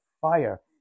fire